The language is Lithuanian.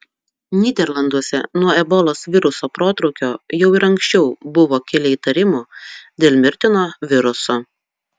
nyderlanduose nuo ebolos viruso protrūkio jau ir anksčiau buvo kilę įtarimų dėl mirtino viruso